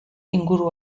inguru